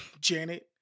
Janet